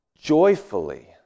joyfully